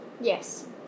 Yes